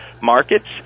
markets